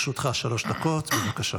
לרשותך שלוש דקות, בבקשה.